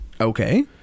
okay